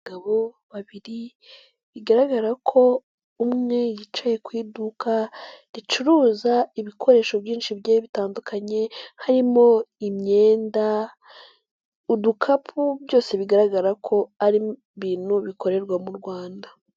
Abagabo babiri bigaragara ko umwe yicaye ku iduka ricuruza ibikoresho byinshi bigiye bitandukanye harimo imyenda, udukapu byose bigaragara ko ari ibintu bikorerwa mu Rwanda.